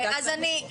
קיי.